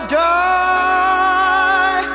die